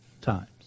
times